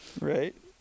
Right